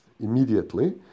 immediately